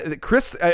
Chris